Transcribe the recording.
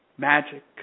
Magic